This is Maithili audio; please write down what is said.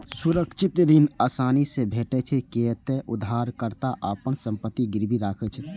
सुरक्षित ऋण आसानी से भेटै छै, कियै ते उधारकर्ता अपन संपत्ति गिरवी राखै छै